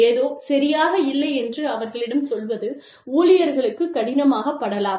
ஏதோ சரியாக இல்லை என்று அவர்களிடம் சொல்வது ஊழியர்களுக்குக் கடினமாகப்படலாம்